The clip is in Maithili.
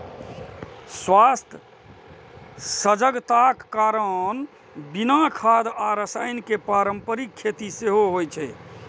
स्वास्थ्य सजगताक कारण बिना खाद आ रसायन के पारंपरिक खेती सेहो होइ छै